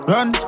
Run